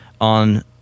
on